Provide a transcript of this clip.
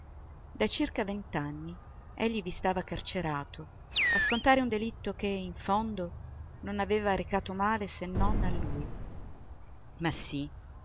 da circa venti anni egli vi stava carcerato a scontare un delitto che in fondo non aveva recato male se non a lui ma sì